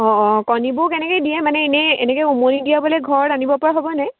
অঁ অঁ কণীবোৰ কেনেকৈ দিয়ে মানে এনেই এনেকৈ উমনি দিয়াবলৈ ঘৰত আনিবপৰা হ'ব নাই